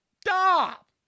stop